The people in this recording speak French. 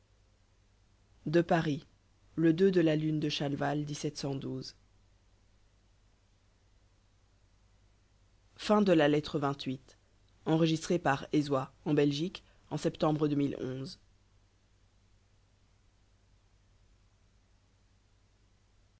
à paris le de la lune de chalval lettre